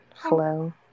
flow